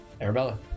Arabella